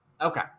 okay